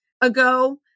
ago